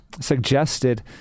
suggested